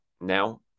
now